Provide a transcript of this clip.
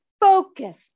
Focus